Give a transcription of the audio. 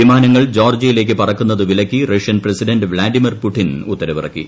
വിമാനങ്ങൾ ജോർജ്ജിയയി ലേക്ക് പറക്കുന്നത് വിലക്കി റഷ്യൻ പ്രസിഡന്റ് വ്ളാഡിമർ പുട്ടിൻ ഉത്തരവ് ഇറക്കി